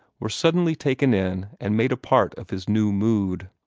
were suddenly taken in and made a part of his new mood.